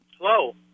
Hello